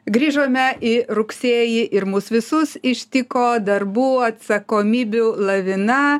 grįžome į rugsėjį ir mus visus ištiko darbų atsakomybių lavina